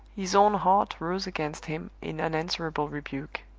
his own heart rose against him in unanswerable rebuke.